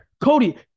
Cody